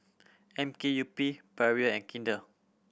M K U P Perrier and Kinder